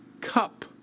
cup